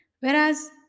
Whereas